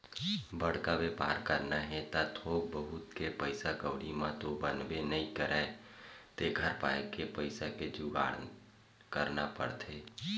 बड़का बेपार करना हे त थोक बहुत के पइसा कउड़ी म तो बनबे नइ करय तेखर पाय के पइसा के जुगाड़ करना पड़थे